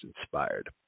inspired